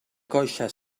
coixa